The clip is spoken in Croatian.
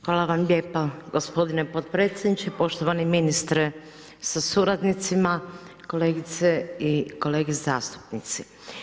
Hvala vam lijepa gospodine potpredsjedniče, poštovani ministre sa suradnicima, kolegice i kolege zastupnici.